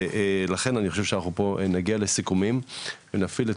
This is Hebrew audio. ואני חשוב שפה אנחנו נגיע לסיכומים ונפעיל את